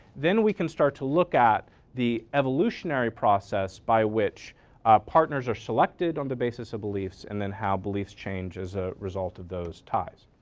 then we can start to look at the evolutionary process by which partners are selected on the basis of beliefs and then how belief changed as a result of those ties.